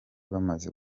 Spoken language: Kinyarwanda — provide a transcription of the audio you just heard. bamaze